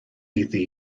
iddi